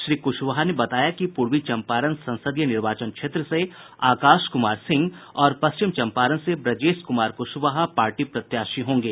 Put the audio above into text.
श्री क्शवाहा ने बताया कि पूर्वी चंपारण संसदीय निर्वाचन क्षेत्र से आकाश कुमार सिंह और पश्चिम चंपारण से ब्रजेश कुमार कुशवाहा पार्टी प्रत्याशी होंगे